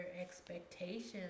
expectations